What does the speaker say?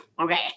okay